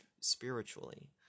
spiritually